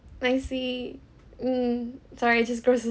I see mm sorry it just gross to